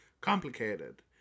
complicated